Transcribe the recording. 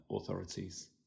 authorities